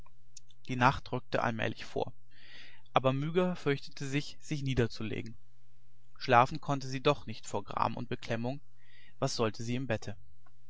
die nacht ruckte allmählich vor aber myga fürchtete sich sich niederzulegen schlafen konnte sie doch nicht vor gram und beklemmung was sollte sie im bette